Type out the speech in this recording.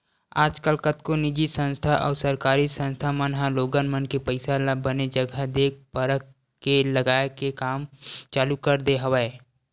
आजकल कतको निजी संस्था अउ सरकारी संस्था मन ह लोगन मन के पइसा ल बने जघा देख परख के लगाए के काम चालू कर दे हवय